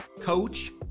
coach